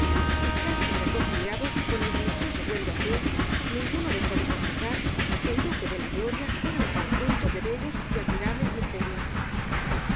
y casi reconciliados con el malicioso duende azul ninguno dejó de confesar que el duque de la gloria era un conjunto de bellos y admirables misterios